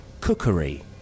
cookery